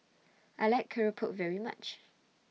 I like Keropok very much